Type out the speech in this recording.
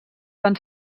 van